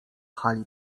hali